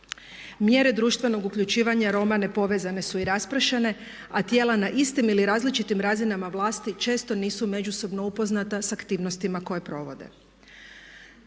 Mjere društvenog uključivanja Roma nepovezane su i raspršene a tijela na istim ili različitim razinama vlasti često nisu međusobno upoznata s aktivnostima koje provode.